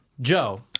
Joe